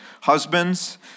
Husbands